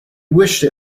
wished